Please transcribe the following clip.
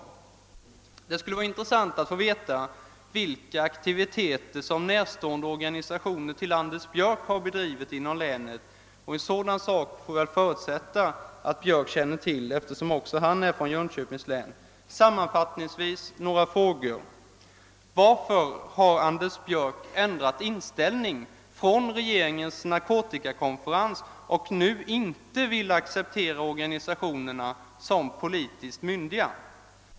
Det skulle vara intressant att få veta vilka aktiviteter som herr Björcks i Nässjö närstående organisationer har bedrivit inom länet. En sådan sak får man förutsätta att herr Björck känner till, eftersom även han är från Jönköpings län. Sammanfattningsvis några frågor: Varför har herr Björck ändrat inställning efter regeringens narkotikakonferens, och varför vill herr Björck nu inte acceptera organisationerna som politiskt myndiga?